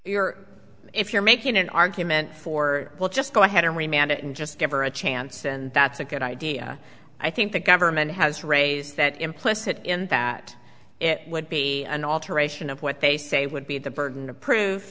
your if you're making an argument for we'll just go ahead and we mandate and just give her a chance and that's a good idea i think the government has raised that implicit in that it would be an alteration of what they say would be the burden of proof